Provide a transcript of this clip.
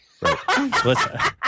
right